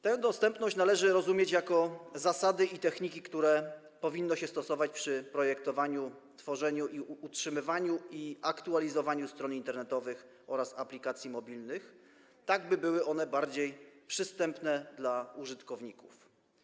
Tę zasadę dostępności należy rozumieć jako zasady i techniki, które powinno się stosować przy projektowaniu, tworzeniu, utrzymywaniu i aktualizowaniu stron internetowych oraz aplikacji mobilnych, tak by były one bardziej przystępne dla użytkowników.